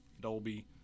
Dolby